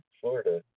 Florida